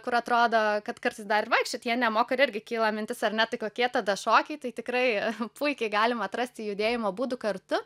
kur atrodo kad kartais dar vaikščioti jie nemoka irgi kyla mintis ar ne tai kokie tada šokiai tai tikrai puikiai galima atrasti judėjimo būdų kartu